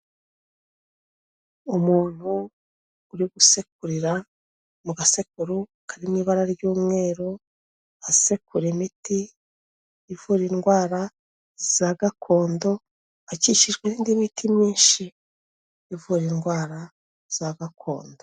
Umuntu uri gusekurira mu gasekuru karimo ibara ry'umweru, asekura imiti ivura indwara za gakondo akijijwe n'indi miti myinshi ivura indwara za gakondo.